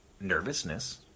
nervousness